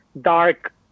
dark